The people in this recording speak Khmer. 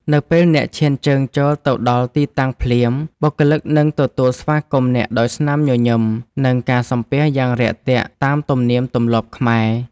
នៅពេលអ្នកឈានជើងចូលទៅដល់ទីតាំងភ្លាម បុគ្គលិកនឹងទទួលស្វាគមន៍អ្នកដោយស្នាមញញឹម និងការសំពះយ៉ាងរាក់ទាក់តាមទំនៀមទម្លាប់ខ្មែរ។